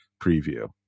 preview